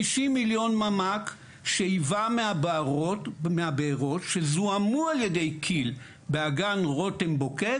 50 מיליון ממ"ק שאיבה מהבארות שזוהמו על ידי כי"ל באגן רותם בוקק,